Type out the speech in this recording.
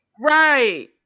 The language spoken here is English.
Right